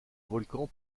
volcan